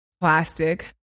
Plastic